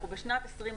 אנחנו בשנת 2020,